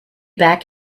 back